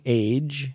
age